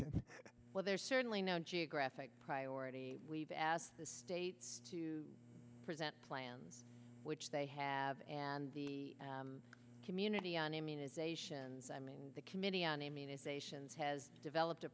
in well there's certainly no geographic priority we've asked the states to present plans which they have and the community on immunizations i mean the committee on immunization has developed a